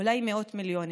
אולי מאות מיליונים,